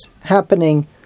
happening